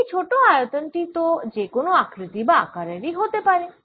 এই ছোট আয়তন টি তো যে কোন আকৃতি বা আকারের হতে পা্রে